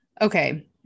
Okay